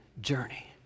journey